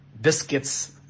biscuits